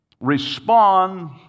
respond